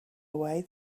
away